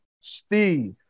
Steve